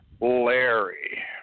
Larry